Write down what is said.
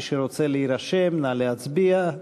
מי שרוצה להירשם, נא להצביע.